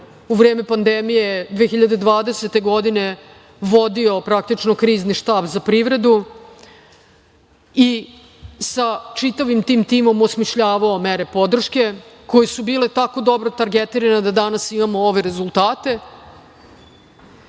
u vreme pandemije 2020. godine vodio, praktično Krizni štab za privredu i sa čitavim tim timom osmišljavao mere podrške koje su bile tako dobro targetirane da danas imamo ove rezultate. Dakle,